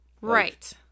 Right